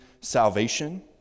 salvation